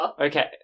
Okay